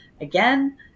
Again